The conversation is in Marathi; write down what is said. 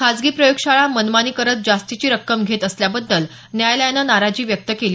खासगी प्रयोगशाळा मनमानी करत जास्तीची रक्कम घेत असल्याबद्दल न्यायालयानं नाराजी व्यक्त केली